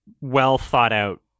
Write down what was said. well-thought-out